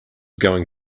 going